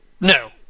No